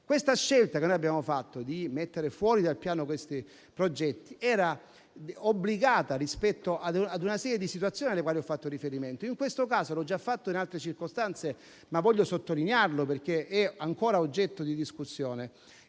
Questa scelta che abbiamo fatto di mettere fuori dal Piano tali progetti era obbligata rispetto ad una serie di situazioni alle quali ho fatto riferimento. In questo caso, anche se l'ho già fatto in altre circostanze, desidero sottolineare (dato che è ancora oggetto di discussione),